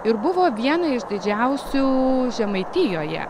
ir buvo viena iš didžiausių žemaitijoje